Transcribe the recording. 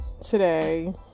today